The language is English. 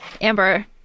Amber